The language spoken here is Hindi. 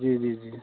जी जी जी